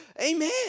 amen